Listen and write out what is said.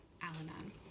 Al-Anon